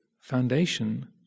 foundation